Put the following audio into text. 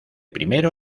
primero